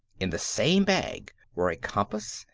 in the same bag were a compass,